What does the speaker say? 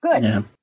Good